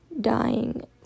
dying